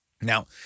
Now